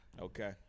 Okay